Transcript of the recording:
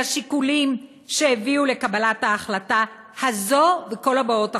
השיקולים שהביאו לקבלת ההחלטה הזו וכל הבאות אחריה.